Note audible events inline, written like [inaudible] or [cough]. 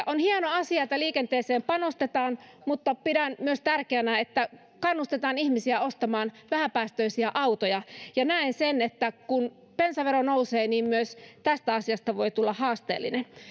[unintelligible] on hieno asia että liikenteeseen panostetaan mutta pidän myös tärkeänä että kannustetaan ihmisiä ostamaan vähäpäästöisiä autoja näen sen että kun bensavero nousee niin myös tästä asiasta voi tulla haasteellinen